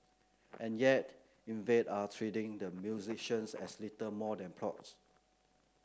and yet Invade are treating the musicians as little more than props